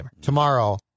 tomorrow